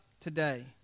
today